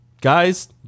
guys